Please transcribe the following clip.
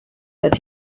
that